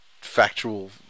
factual